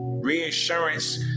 Reinsurance